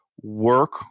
work